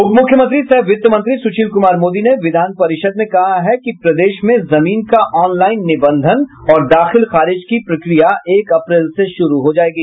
उप मुख्यमंत्री सह वित्त मंत्री सुशील कुमार मोदी ने विधान परिषद् में कहा है कि प्रदेश में जमीन का ऑनलाईन निबंधन और दाखिल खारिज की प्रक्रिया एक अप्रैल से शुरू हो जाएगी